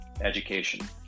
education